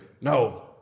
No